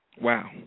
Wow